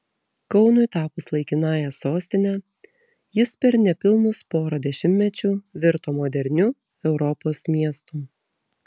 kaunui tapus laikinąja sostine jis per nepilnus pora dešimtmečių virto moderniu europos miestu